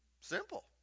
Simple